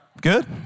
Good